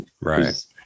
Right